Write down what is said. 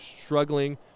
struggling